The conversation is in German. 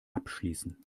abschließen